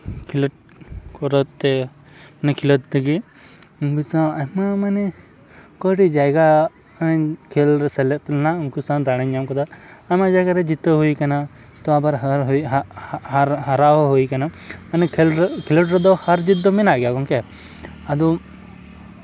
ᱠᱷᱮᱞᱳᱰ ᱠᱚᱨᱮ ᱛᱮ ᱢᱟᱱᱮ ᱠᱷᱮᱞᱳᱰ ᱛᱮᱜᱮ ᱩᱱᱠᱩ ᱥᱟᱶ ᱟᱭᱢᱟ ᱢᱟᱱᱮ ᱚᱠᱟᱨᱮ ᱡᱟᱭᱜᱟ ᱤᱧ ᱠᱷᱮᱞ ᱨᱮ ᱥᱮᱞᱮᱫ ᱨᱮᱱᱟᱝ ᱩᱱᱠᱩ ᱥᱟᱶ ᱫᱟᱲᱮᱧ ᱧᱟᱢ ᱠᱮᱫᱟ ᱟᱭᱢᱟ ᱡᱟᱭᱜᱟ ᱨᱮ ᱡᱤᱛᱟᱹᱣ ᱦᱩᱭ ᱠᱟᱱᱟ ᱛᱟ ᱟᱵᱟᱨ ᱦᱟᱨ ᱦᱟᱨ ᱦᱟᱨᱟᱣ ᱦᱩᱭ ᱠᱟᱱᱟ ᱢᱟᱱᱮ ᱠᱷᱮᱞᱳᱰ ᱨᱮᱫᱚ ᱦᱟᱨᱼᱡᱤᱛ ᱫᱚ ᱢᱮᱱᱟᱜ ᱜᱚᱢᱠᱮ ᱟᱫᱚ